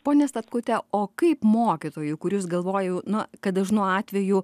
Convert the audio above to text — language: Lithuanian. ponia statkute o kaip mokytojui kuris galvojau na kad dažnu atveju